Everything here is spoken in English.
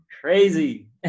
crazy